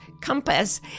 compass